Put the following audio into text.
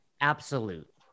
absolute